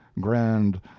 grand